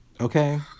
Okay